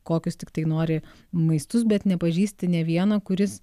kokius tiktai nori maistus bet nepažįsti nė vieno kuris